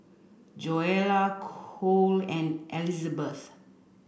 Joella Cole and Elisabeth